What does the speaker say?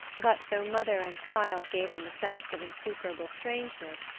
but though mother and child gave them a sense of insuperable strangeness,